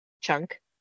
chunk